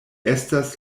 estas